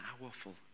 powerful